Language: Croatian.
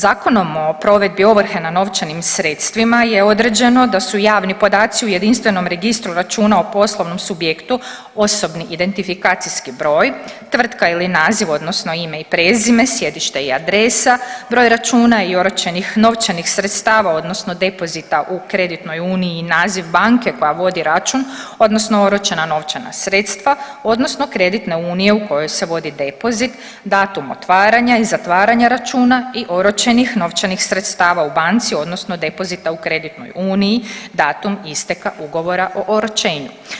Zakonom o provedbi ovrhe na novčanim sredstvima je određeno da su javni podaci u jedinstvenom registru računa o poslovnom subjektu osobni identifikacijski broj, tvrtka ili naziv, odnosno ime i prezime, sjedište i adresa, broj računa i oročenih novčanih sredstava, odnosno depozita u kreditnoj uniji, naziv banke koja vodi račun, odnosno oročena novčana sredstva, odnosno kreditne unije u kojoj se vodi depozit, datum otvaranja i zatvaranja računa i oročenih novčanih sredstava u banci, odnosno depozita u kreditnoj uniji, datum isteka ugovora o oročenju.